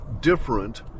different